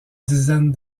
dizaine